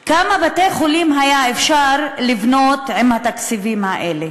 כמה בתי-חולים היה אפשר לבנות עם התקציבים האלה.